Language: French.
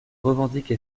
revendique